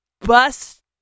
bus